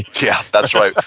yeah, that's right.